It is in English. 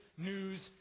news